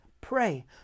Pray